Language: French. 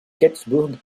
gettysburg